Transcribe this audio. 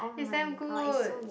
is damn good